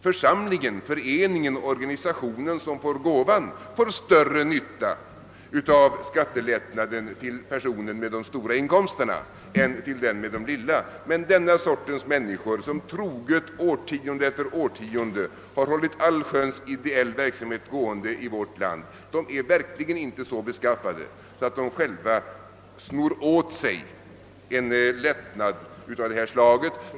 Församlingen, föreningen eller organisationen som får gåvan drar större nytta av skattelättnaden för personen med de stora inkomsterna än av lättnaden för den med de små. Men den sortens människor som årtionde efter årtionde troget har hållit allsköns ideell verksamhet gående i vårt land är verkligen inte så beskaffade att de själva snor åt sig en lättnad av detta slag.